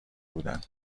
بودن